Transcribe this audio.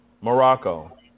Morocco